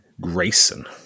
Grayson